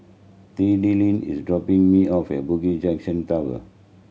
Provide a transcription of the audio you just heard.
Tilden is dropping me off at Bugis Junction Tower